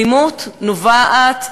אלימות נובעת,